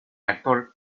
actor